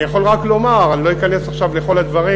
אני יכול רק לומר, אני לא אכנס עכשיו לכל הדברים,